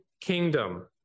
kingdom